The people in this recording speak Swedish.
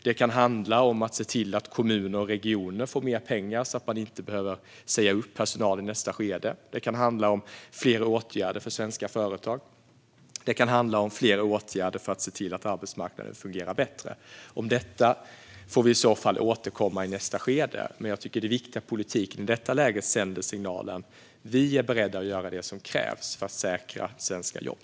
Det kan handla om att se till att kommuner och regioner får mer pengar så att personal inte behöver sägas upp i nästa skede, det kan handla om fler åtgärder för svenska företag och det kan handla om fler åtgärder för att se till att arbetsmarknaden fungerar bättre. Om detta får vi i så fall återkomma i nästa skede, men jag tycker att det är viktigt att politiken i detta läge sänder signalen att vi är beredda att göra det som krävs för att säkra svenska jobb.